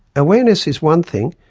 awareness is one thing,